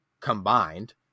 combined